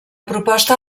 proposta